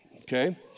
Okay